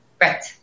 Right